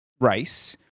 race